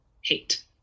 hate